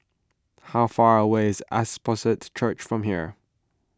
how far away is Apostolic Church from here